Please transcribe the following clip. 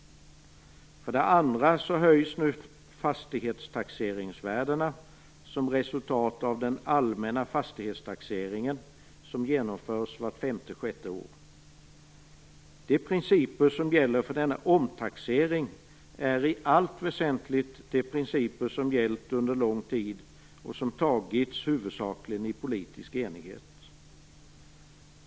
För det andra höjs nu fastighetstaxeringsvärdena som ett resultat av den allmänna fastighetstaxering som genomförs vart femte sjätte år. De principer som gäller för denna omtaxering är i allt väsentligt de principer som gällt under lång tid och som man fattat beslut om huvudsakligen i politisk enighet.